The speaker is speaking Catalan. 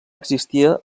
existia